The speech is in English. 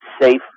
safe